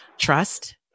trust